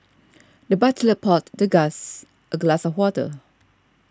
the butler poured the guest a glass of water